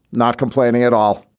not complaining at all.